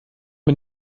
man